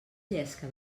llesca